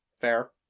Fair